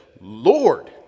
Lord